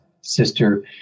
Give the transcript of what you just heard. sister